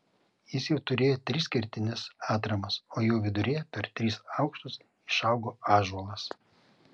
jis jau turėjo tris kertines atramas o jo viduryje per tris aukštus išaugo ąžuolas